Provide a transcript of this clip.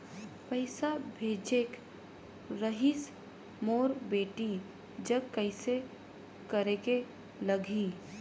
पइसा भेजेक रहिस मोर बेटी जग कइसे करेके लगही?